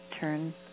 turn